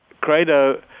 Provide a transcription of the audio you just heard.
Credo